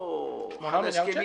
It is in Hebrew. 8 מיליארד שקל.